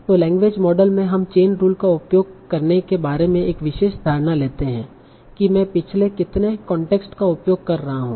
तों language model में हम चेन रूल का उपयोग करने के बारे में एक विशेष धारणा लेते हैं कि मैं पिछले कितने कांटेक्स्ट का उपयोग कर रहा हूं